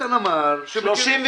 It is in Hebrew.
איתן אמר --- 36.